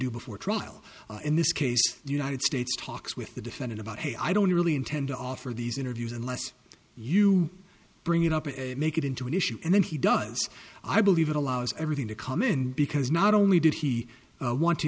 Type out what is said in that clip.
do before trial in this case the united states talks with the defendant about hey i don't really intend to offer these interviews unless you bring it up and make it into an issue and then he does i believe it allows everything to come in because not only did he want to